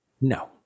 No